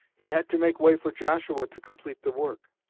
he had to make way for joshua to complete the work.